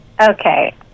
Okay